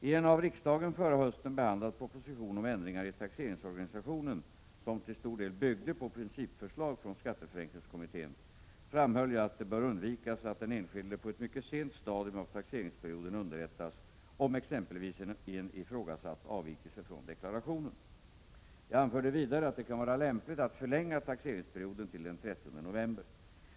I en av riksdagen förra hösten behandlad proposition om ändringar i taxeringsorganisationen , som till stor del byggde på principförslag från skatteförenklingskommittén, framhöll jag att det bör undvikas att den enskilde på ett mycket sent stadium av taxeringsperioden underrättas om exemplevis en ifrågasatt avvikelse från deklarationen. Jag anförde vidare att det kan vara lämpligt att förlänga taxeringsperioden till den 30 november.